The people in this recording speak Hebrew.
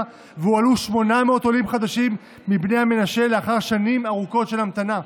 והועלו 800 עולים חדשים מבני המנשה לאחר שנים ארוכות של המתנה.